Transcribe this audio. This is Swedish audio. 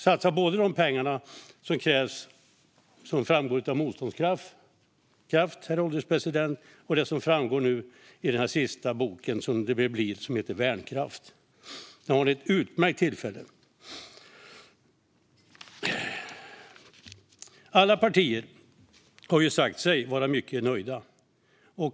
Satsa både de pengar som krävs som framgår av Motståndskraft och det som framgår i den sista boken, som det väl blir, som heter Värnkraft . Nu har ni ett utmärkt tillfälle. Alla partier har sagt sig vara mycket nöjda.